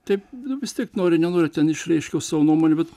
taip vis tiek nori nenori ten išreiškiau savo nuomonę bet